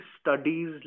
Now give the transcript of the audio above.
studies